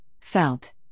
felt